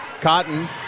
Cotton